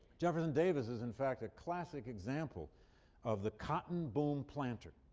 jefferson davis is, in fact, a classic example of the cotton boom planter.